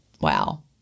wow